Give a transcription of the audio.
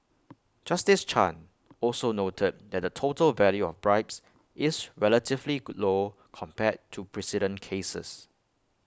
justice chan also noted that the total value of bribes is relatively glow compared to precedent cases